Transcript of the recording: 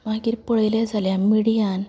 मागीर पळयलें जाल्यार मिडियान